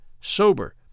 sober